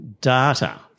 data